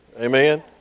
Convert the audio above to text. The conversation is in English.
amen